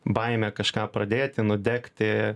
baimė kažką pradėti nudegti